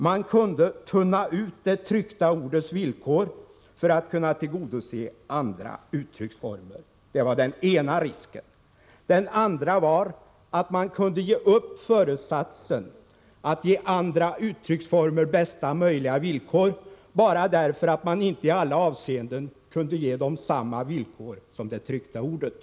Man kunde tunna ut det tryckta ordets villkor för att kunna tillgodose andra uttrycksformer. Det var den ena risken. Den andra var att man kunde frångå föresatsen att ge andra uttrycksformer bästa möjliga villkor, bara därför att man inte i alla avseenden kunde ge dem samma villkor som det tryckta ordet.